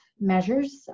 measures